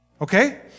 Okay